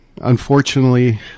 Unfortunately